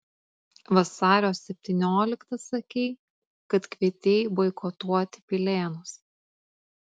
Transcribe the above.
vasario septynioliktą sakei kad kvietei boikotuoti pilėnus